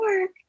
work